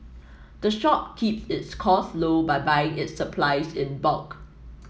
the shop keeps its costs low by buying its supplies in bulk